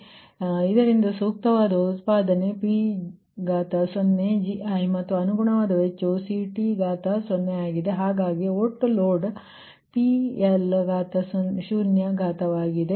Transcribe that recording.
ಆದ್ದರಿಂದ ಆದ್ದರಿಂದ ಸೂಕ್ತವಾದ ಉತ್ಪಾದನೆ Pgi0 ಮತ್ತು ಅನುಗುಣವಾದ ವೆಚ್ಚವು CT0ಆಗಿದೆ ಹಾಗಾಗಿ ಒಟ್ಟು ಲೋಡ್ PL0 ಶೂನ್ಯವು ಘಾತವಾಗಿದೆ